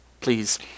please